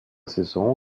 saison